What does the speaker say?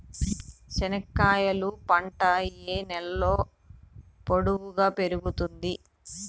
చెనక్కాయలు పంట ఏ నేలలో పొడువుగా పెరుగుతుంది?